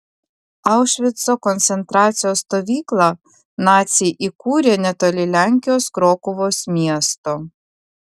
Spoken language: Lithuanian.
aušvico koncentracijos stovyklą naciai įkūrė netoli lenkijos krokuvos miesto